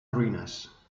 ruïnes